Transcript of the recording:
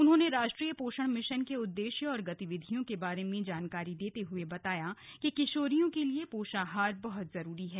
उन्होंने राष्ट्रीय पोषण मिशन के उद्देश्य और गतिविधियों के बारे में जानकारी देते हुए बताया कि किशोरियों के लिए पोषाहार बहुत जरूरी है